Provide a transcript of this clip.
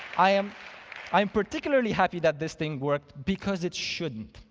i am i am particularly happy that this thing worked, because it shouldn't.